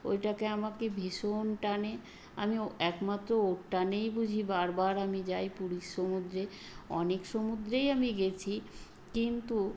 ওইটাকে আমাকে ভীষণ টানে আমি একমাত্র ওর টানেই বুঝি বারবার আমি যাই পুরীর সমুদ্রে অনেক সমুদ্রেই আমি গেছি কিন্তু